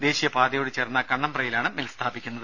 ദേശീയ പാതയോട് ചേർന്ന കണ്ണമ്പ്രയിലാണ് മിൽ സ്ഥാപിക്കുന്നത്